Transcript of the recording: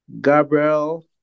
Gabriel